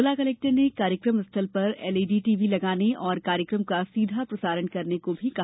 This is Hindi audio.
जिला कलेक्टर ने कार्यक्रम स्थल पर एलईडी टीवी लगाने और कार्यक्रम का सीधा प्रसारण करने को कहा